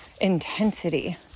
intensity